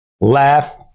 Laugh